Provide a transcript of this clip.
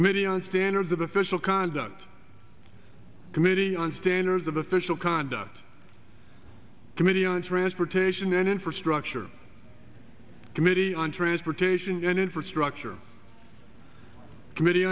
committee on standards of official conduct committee on standards of official conduct committee on transportation and infrastructure committee on transportation and infrastructure committee